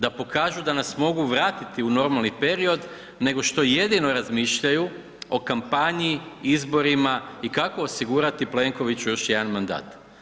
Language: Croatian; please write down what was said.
Da pokažu da nas mogu vratiti u normalni period nego što jedino razmišljaju o kampanji, izborima i kako osigurati Plenkoviću još jedan mandat.